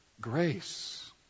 grace